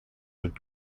would